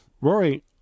Rory